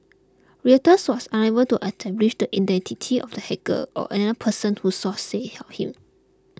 Reuters was unable to establish the identity of the hacker or another person who sources helped him